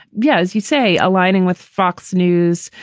yeah, as you say, aligning with fox news,